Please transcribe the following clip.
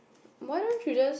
why don't you just